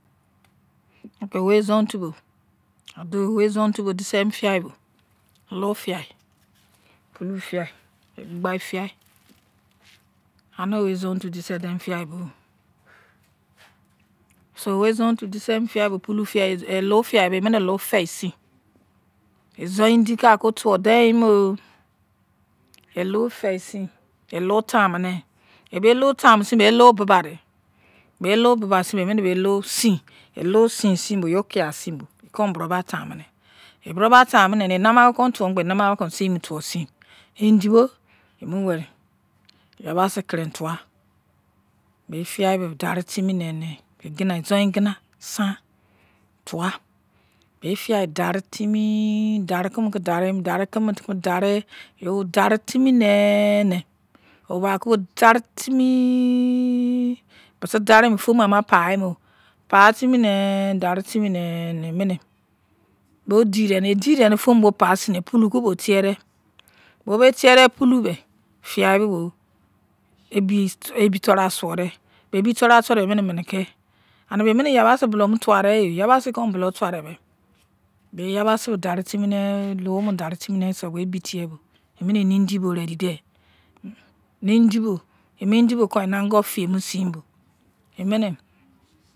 Okay wei izon-otun bo, wei izontun bo disemi fiyaibo, lou fiyai, pulu fiyai, egbigbai fiyai, ani wei izon-otun bo disedein mi fiyai boo so wei izon-otun disemi fiyai bo pulu fiyai lou fiyai mei, emine lou feisein izon-indi kaki otuwu dein mie yo elou fei sein elou tamune, yei lou tamusein bo yei lou bebadei, bei lou bebasinbo emini bei lou sein yei lou sein sinbo yei okiya sin yei buroma tamune yei buro ma tamunerie yei nima kai ki tuwanine sei kon aki seimo tuwu sin. Indi bo emine neri ya ba keren tuwa. Fiyai bei daritimi nenli egina, izon-igina tuwa. Bei fuyai daritimi eh tari kemu kidare yei dari timine nei oba kibo daritimi bisedari mibe foam ama ki paimo. Paitwi nei dari timi nei neibo boi deidenei edidenei foam moi paiserine pulei kon thedei. Bei tiedei pulu mei fiyai bi bo ebi toru-asuodei. Bei ebi toru asuodei bei emeni neki anibei emini bolou yibasi tawadee yo enino yabasi tuwadei bei bei yabasi mei dari timi nei dariseibo obo ebi suobo bo readi dei enei indi bo emo kon aki enengo fiyemo seinbo emine